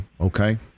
okay